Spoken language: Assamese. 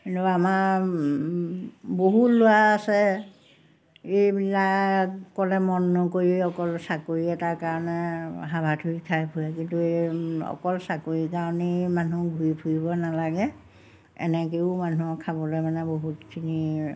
কিন্তু আমাৰ বহু ল'ৰা আছে এইবিলাকলৈ মন নকৰি অকল চাকৰি এটাৰ কাৰণে হাবাথুৰি খাই ফুৰে কিন্তু এই অকল চাকৰিৰ কাৰণেই মানুহ ঘূৰি ফুৰিব নালাগে এনেকৈও মানুহৰ খাবলৈ মানে বহুতখিনি